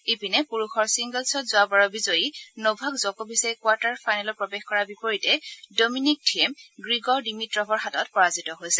ইপিনে পুৰুষৰ ছিংগলছত যোৱাবাৰৰ বিজয়ী নভাক জ'কভিছে কোৱাৰ্টাৰ ফাইনেলত প্ৰৱেশ কৰাৰ বিপৰীতে ডমিনিক থিয়েম গ্ৰীগৰ ডিমিট্টিভৰ হাতত পৰাজিত হৈছে